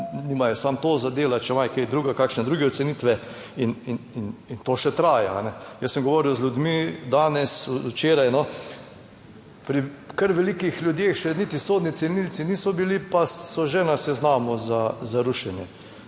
imajo kaj drugega, kakšne druge cenitve in to še traja. Jaz sem govoril z ljudmi, danes, včeraj, pri kar velikih ljudeh še niti sodni cenilci niso bili, pa so že na seznamu za rušenje.